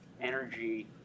energy